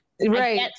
right